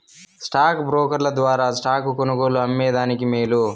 stock బ్రోకర్ల ద్వారా stocks కొనుగోలు, అమ్మే దానికి మేలు